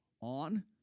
On